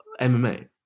mma